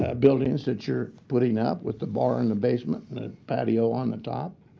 ah buildings that you're putting up with the bar in the basement and the patio on the top,